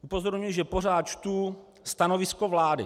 Upozorňuji, že pořád čtu stanovisko vlády.